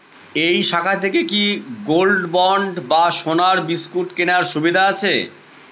এই শাখা থেকে কি গোল্ডবন্ড বা সোনার বিসকুট কেনার সুযোগ আছে?